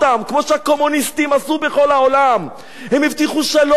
כמו שהקומוניסטים עשו בכל העולם: הם הבטיחו שלום,